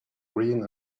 green